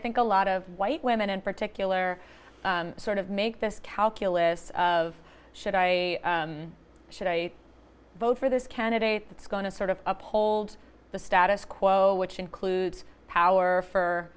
think a lot of white women in particular sort of make this calculus of should i should i vote for this candidate that's going to sort of uphold the status quo which includes power for